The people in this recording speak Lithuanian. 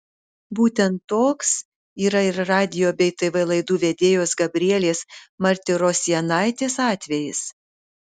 būtent toks yra ir radijo bei tv laidų vedėjos gabrielės martirosianaitės atvejis